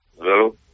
Hello